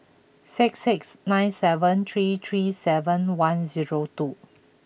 six six nine seven three three seven one two